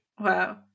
Wow